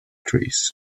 trees